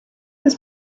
his